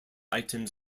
items